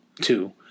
two